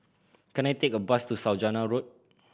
can I take a bus to Saujana Road